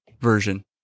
version